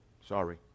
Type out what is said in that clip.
Sorry